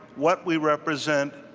what we represent,